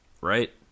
Right